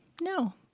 no